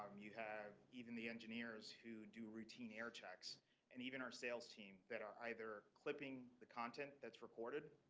um you have even the engineers who do routine air checks and even our sales team that are either clipping the content that's reported